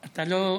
למה?